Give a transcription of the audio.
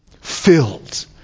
filled